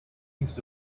his